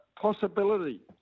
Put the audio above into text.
Possibility